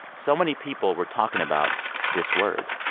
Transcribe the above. so many people were talking about this word.